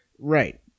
Right